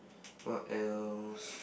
what else